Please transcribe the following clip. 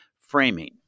framing